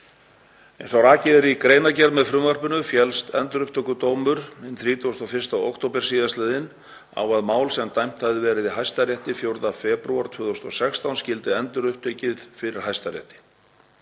Eins og rakið er í greinargerð með frumvarpinu féllst Endurupptökudómur hinn 31. október sl. á að mál sem dæmt hafði verið í Hæstarétti 4. febrúar 2016 skyldi endurupptekið fyrir Hæstarétti.